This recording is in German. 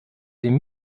dem